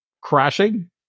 Crashing